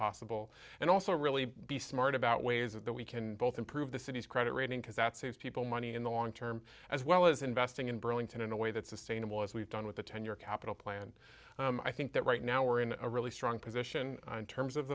possible and also really be smart about ways that we can both improve the city's credit rating because that's who people money in the long term as well as investing in burlington in a way that's sustainable as we've done with the ten year capital plan i think that right now we're in a really strong position in terms of